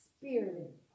spirit